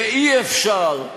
ואי-אפשר,